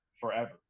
forever